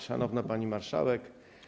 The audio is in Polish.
Szanowna Pani Marszałek!